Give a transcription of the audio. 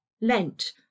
Lent